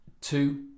two